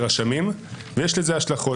והרשמים הם מקצועיים והפעילות שלהם היא מבורכת.